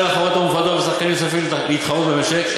לחברות המופרדות ולשחקנים נוספים להתחרות במשק,